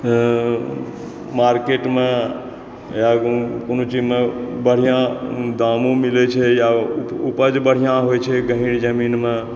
मार्केटमे या कोनो चीज मे बढ़िऑं दामों मिलै छै या उपज बढ़िऑं होइ छै गहीर ज़मीन मे